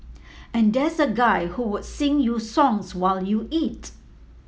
and there's a guy who would sing you songs while you eat